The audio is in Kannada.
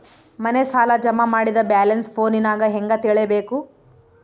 ಮನೆ ಸಾಲ ಜಮಾ ಮಾಡಿದ ಬ್ಯಾಲೆನ್ಸ್ ಫೋನಿನಾಗ ಹೆಂಗ ತಿಳೇಬೇಕು?